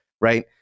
right